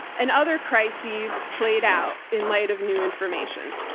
and other crises played out in light of new information.